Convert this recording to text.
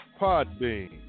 Podbean